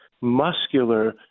muscular